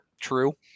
True